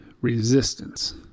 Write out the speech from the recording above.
resistance